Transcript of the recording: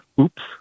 oops